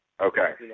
Okay